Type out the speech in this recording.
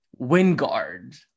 Wingard